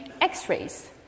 x-rays